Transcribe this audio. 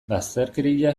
bazterkeria